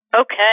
Okay